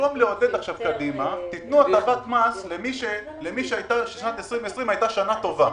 במקום לעודד עכשיו קדימה תנו הטבת מס למי שבשנת 2020 הייתה לו שנה טובה.